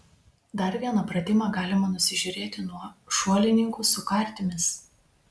dar vieną pratimą galima nusižiūrėti nuo šuolininkų su kartimis